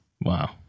Wow